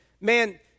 man